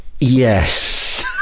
Yes